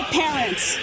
parents